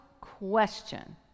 question